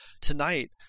tonight